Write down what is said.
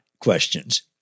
questions